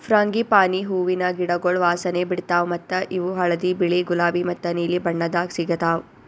frangipani ಹೂವಿನ ಗಿಡಗೊಳ್ ವಾಸನೆ ಬಿಡ್ತಾವ್ ಮತ್ತ ಇವು ಹಳದಿ, ಬಿಳಿ, ಗುಲಾಬಿ ಮತ್ತ ನೀಲಿ ಬಣ್ಣದಾಗ್ ಸಿಗತಾವ್